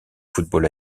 football